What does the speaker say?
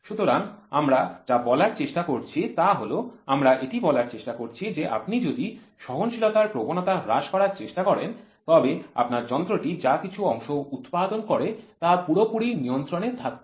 সুতরাং আমরা যা বলার চেষ্টা করছি তা হল আমরা এটি বলার চেষ্টা করছি যে আপনি যদি সহনশীলতার প্রবণতা হ্রাস করার চেষ্টা করেন তবে আপনার যন্ত্রটি যা কিছু অংশ উৎপাদন করে তা পুরোপুরি নিয়ন্ত্রণে থাকতে হবে